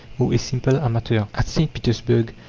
or a simple amateur. at st. petersburg,